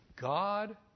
God